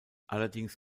allerdings